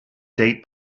date